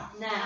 Now